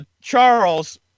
Charles